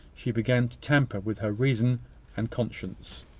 she began to tamper with her reason and conscience.